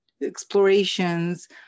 explorations